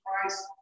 Christ